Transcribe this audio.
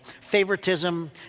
Favoritism